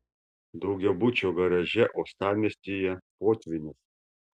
daugiabučio garaže uostamiestyje potvynis